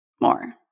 more